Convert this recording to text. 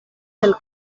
del